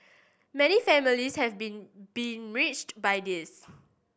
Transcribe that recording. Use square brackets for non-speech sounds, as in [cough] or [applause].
many families have been [unintelligible] by this